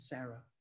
Sarah